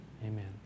Amen